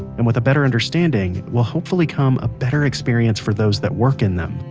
and with a better understanding will hopefully come a better experience for those that work in them,